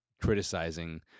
criticizing